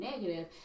negative